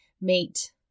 meet